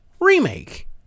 remake